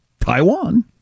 Taiwan